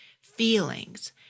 feelings